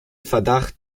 verdacht